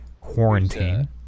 quarantine